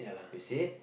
you see